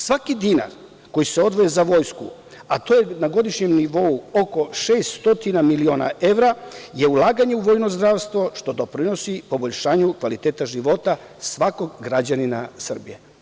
Svaki dinar koji se odvaja za Vojsku, a to je na godišnjem nivou oko 600 miliona evra, je ulaganje u vojno zdravstvo što doprinosi poboljšanju kvaliteta života svakog građanina Srbije.